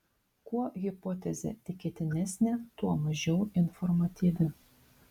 kuo hipotezė tikėtinesnė tuo mažiau informatyvi